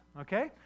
okay